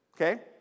Okay